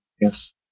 Yes